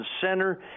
Center